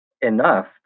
enough